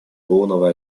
полного